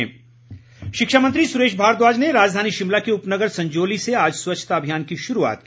स्वच्छता शिक्षा मंत्री सुरेश भारद्वाज ने राजधानी शिमला के उपनगर संजौली से आज स्वच्छता अभियान की शुरूआत की